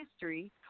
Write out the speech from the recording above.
history